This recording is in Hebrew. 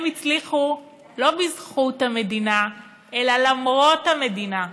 הם הצליחו לא בזכות המדינה אלא למרות המדינה,